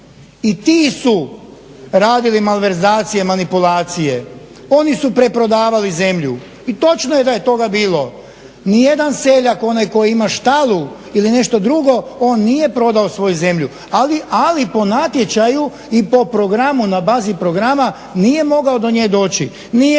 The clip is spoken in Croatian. I ti su radili malverzacije, manipulacije. Oni su preprodavali zemlju i točno je da je toga bilo. Ni jedan seljak onaj koji ima štalu ili nešto drugo on nije prodao svoju zemlju. Ali po natječaju i po programu na bazi programa nije mogao do nje doći.